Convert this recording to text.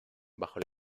bajo